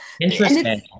Interesting